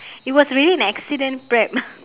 it was really an accident prep